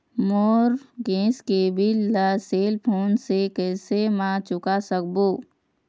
मोर gas के bill ला cell phone से कैसे म चुका सकबो?